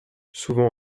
souvent